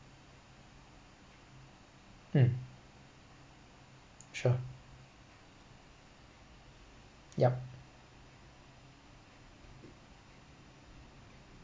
um sure yup